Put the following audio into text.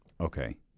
Okay